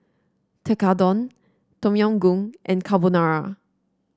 Tekkadon Tom Yam Goong and Carbonara